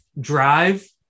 drive